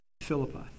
Philippi